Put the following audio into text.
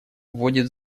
вводит